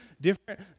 different